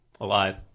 Alive